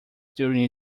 during